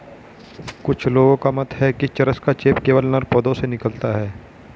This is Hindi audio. कुछ लोगों का मत है कि चरस का चेप केवल नर पौधों से निकलता है